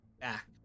back